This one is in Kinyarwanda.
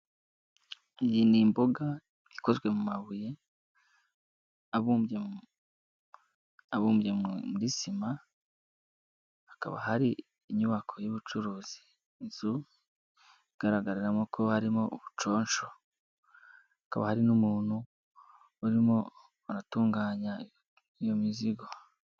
Iyi ni imbuga ikozwe mu mabuye abumbye abumbye muri sima, hakaba hari inyubako y'ubucuruzi. Inzu igaragaramo ko harimo ubuconsho, hakaba hari n'umuntu urimo uratunganya iyo mizigo.